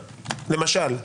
למשל.